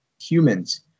humans